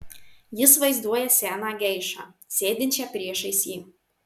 jis vaizduoja seną geišą sėdinčią priešais jį